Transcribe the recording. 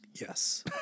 Yes